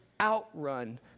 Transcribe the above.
outrun